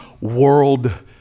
world